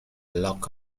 lock